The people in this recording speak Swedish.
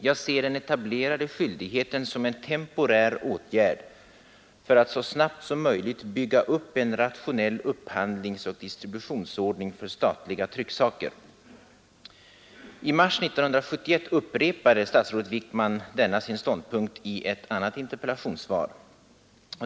Jag ser den etablerade skyldigheten som en temporär åtgärd för att så snabbt som möjligt bygga upp en rationell upphandlingsoch distributionsordning för statliga trycksaker.” I mars 1971 upprepade statsrådet Wickman denna sin ståndpunkt i ett annat interpellationssvar.